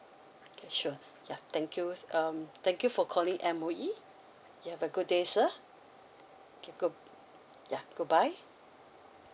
okay sure ya thank you t~ um thank you for calling M_O_E you have a good day sir okay good ya goodbye